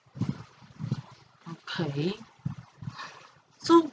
okay so